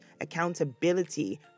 accountability